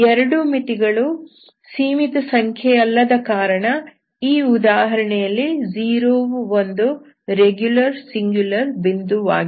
ಎರಡು ಮಿತಿಗಳು ಸೀಮಿತ ಸಂಖ್ಯೆಯಲ್ಲದ ಕಾರಣ ಈ ಉದಾಹರಣೆಯಲ್ಲಿ 0 ವು ಒಂದು ರೆಗ್ಯುಲರ್ ಸಿಂಗುಲರ್ ಬಿಂದುವಾಗಿಲ್ಲ